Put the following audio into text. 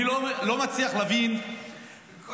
אני לא מצליח להבין ממשלה,